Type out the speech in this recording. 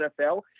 NFL